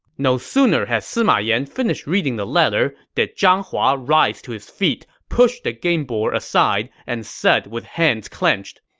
no sooner had sima yan finished reading the letter did zhang hua rise to his feet, push the game board aside, and said with hands clenched,